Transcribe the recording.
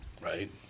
right